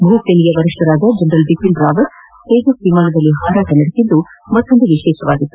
ಭೂಸೇನೆಯ ವರಿಷ್ಠರಾದ ಜನರಲ್ ಬಿಪಿನ್ ರಾವತ್ ತೇಜಸ್ ವಿಮಾನದಲ್ಲಿ ಹಾರಾಟ ನಡೆಸಿದ್ದು ಮತ್ತೊಂದು ವಿಶೇಷವಾಗಿತ್ತು